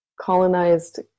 colonized